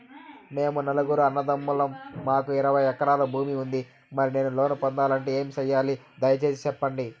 మేము నలుగురు అన్నదమ్ములం మాకు ఇరవై ఎకరాల భూమి ఉంది, మరి నేను లోను పొందాలంటే ఏమి సెయ్యాలి? దయసేసి సెప్పండి?